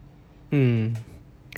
mm